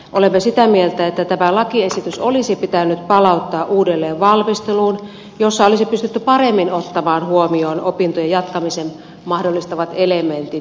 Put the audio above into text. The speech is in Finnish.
olemme sitä mieltä että tämä lakiesitys olisi pitänyt palauttaa uudelleen valmisteluun jossa olisi pystytty paremmin ottamaan huomioon opintojen jatkamisen mahdollistavat elementit